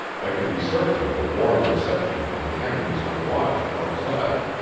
i could be certain of a warm reception from the enemies on watch outside.